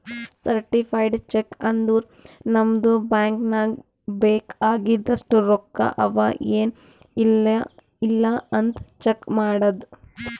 certified cheque ಅಂದುರ್ ನಮ್ದು bank ನಾಗ್ ಬೇಕ್ ಆಗಿದಷ್ಟು ರೊಕ್ಕಾ ಅವಾ ಎನ್ ಇಲ್ಲ್ ಅಂತ್ ಚೆಕ್ ಮಾಡದ್